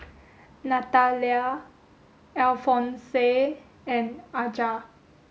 Natalya Alfonse and Aja